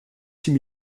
six